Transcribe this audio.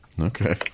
Okay